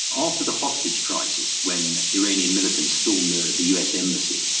after the hostage crisis, when iranian militants stormed the the us embassy,